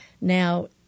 Now